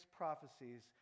prophecies